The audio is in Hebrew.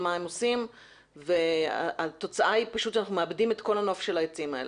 הם עושים והתוצאה היא שאנחנו מאבדים את כל הנוף של העצים האלה.